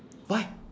why